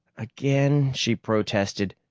again? she protested.